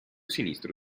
sinistro